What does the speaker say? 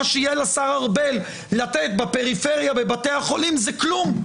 מה שיהיה לשר ארבל לתת בפריפריה בבתי החולים זה כלום.